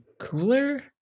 cooler